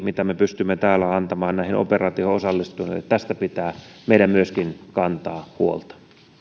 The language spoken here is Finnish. mitä me pystymme täällä antamaan näihin operaatioihin osallistuneille tästä pitää meidän myöskin kantaa huolta